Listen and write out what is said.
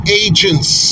agents